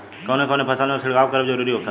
कवने कवने फसल में छिड़काव करब जरूरी होखेला?